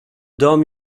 dom